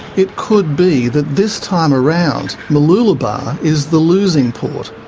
it could be that this time around mooloolaba is the losing port.